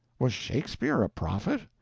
was shakespeare a prophet?